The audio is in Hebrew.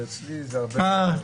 ואצלי זה הרבה מעבר.